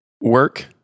work